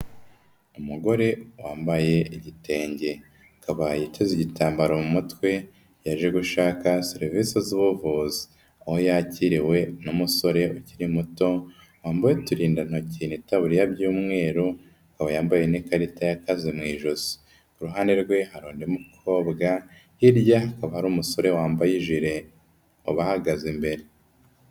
Umugore wambaye igitenge, akaba yiteze igitambaro mu mutwe, yaje gushaka serivise z'ubuvuzi aho yakiriwe n'umusore ukiri muto, wambaye uturindantoki n'itaburiya by'umweru akaba yambaye n'ikarita y'akaza mu ijosi, uruhande rwe hari undi mukobwa, hirya hakaba hari umusore wambaye ijire ubahagaze imbere.